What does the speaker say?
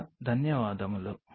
చాలా ధన్యవాదాలు